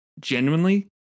genuinely